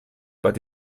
but